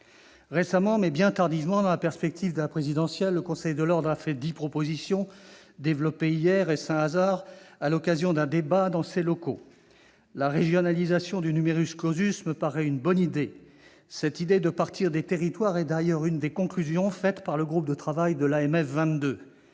Récemment, mais bien tardivement, dans la perspective de l'élection présidentielle, le conseil de l'Ordre a fait dix propositions, développées hier- est-ce un hasard ? -à l'occasion d'un débat dans ses locaux. La régionalisation du me paraît une bonne idée. Cette idée de partir des territoires est d'ailleurs l'une des conclusions du groupe de travail de l'AMF22,